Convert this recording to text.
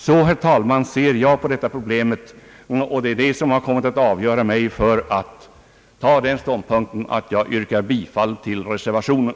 Så, herr talman, ser jag på detta problem, och det är därför som jag yrkar bifall till reservationen.